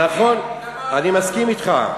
נכון, אני מסכים אתך.